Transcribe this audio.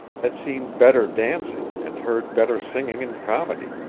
had seen better dancing and heard better singing and comedy,